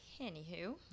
Anywho